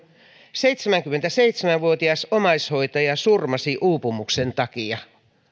seitsemänkymmentäseitsemän vuotias omaishoitaja surmasi uupumuksen takia